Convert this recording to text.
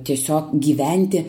tiesiog gyventi